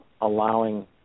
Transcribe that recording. allowing